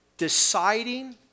Deciding